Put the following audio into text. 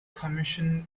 commissioned